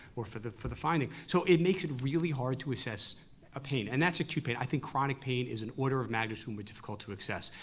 or for the for the finding. so it makes it really hard to assess a pain. and that's acute pain, i think chronic pain is an order of magnitude more difficult to assess.